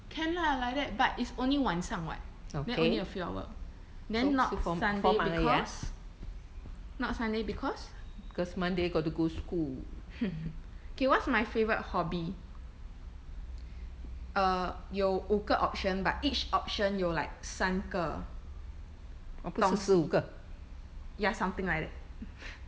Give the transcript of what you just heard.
can la like that but is only 晚上 [what] then only a few hour then not sunday because not sunday because okay what's my favourite hobby err 有五个 option but each option 有 like 三个 ya something like that